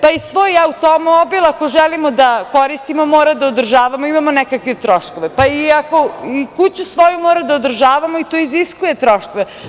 Pa i svoj automobil ako želimo da koristimo moramo da ga održavamo i imamo nekakve troškove, pa i kuću svoju moramo da održavamo to iziskuje troškove.